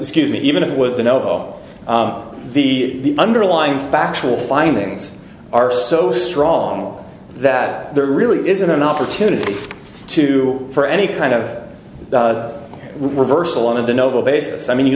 xcuse me even if it was the novo the underlying factual findings are so strong that there really isn't an opportunity to for any kind of a reversal of the no basis i mean you